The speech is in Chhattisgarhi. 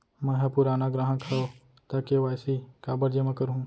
मैं ह पुराना ग्राहक हव त के.वाई.सी काबर जेमा करहुं?